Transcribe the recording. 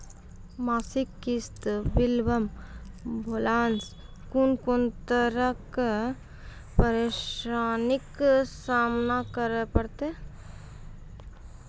मासिक किस्त बिलम्ब भेलासॅ कून कून तरहक परेशानीक सामना करे परतै?